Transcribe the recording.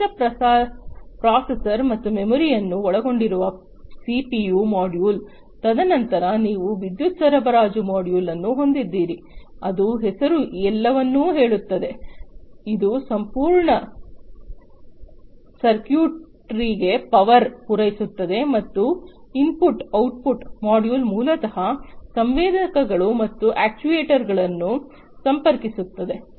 ಕೇಂದ್ರ ಪ್ರಾಸಸರ್ ಮತ್ತು ಮೆಮೊರಿಯನ್ನು ಒಳಗೊಂಡಿರುವ ಸಿಪಿಯು ಮಾಡ್ಯೂಲ್ ತದನಂತರ ನೀವು ವಿದ್ಯುತ್ ಸರಬರಾಜು ಮಾಡ್ಯೂಲ್ ಅನ್ನು ಹೊಂದಿದ್ದೀರಿ ಅದು ಹೆಸರು ಎಲ್ಲವನ್ನೂ ಹೇಳುತ್ತದೆ ಇದು ಸಂಪೂರ್ಣ ಸರ್ಕ್ಯೂಟ್ರಿಗೆ ಪವರ್ ಪೂರೈಸುತ್ತದೆ ಮತ್ತು ಇನ್ಪುಟ್ ಔಟ್ಪುಟ್ ಮಾಡ್ಯೂಲ್ ಮೂಲತಃ ಸಂವೇದಕಗಳು ಮತ್ತು ಅಕ್ಚುಯೆಟರ್ಸ್ಗಳನ್ನು ಸಂಪರ್ಕಿಸುತ್ತದೆ